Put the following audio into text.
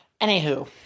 Anywho